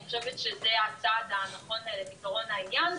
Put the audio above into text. אני חושבת שזה הצעד הנכון לפתרון העניין.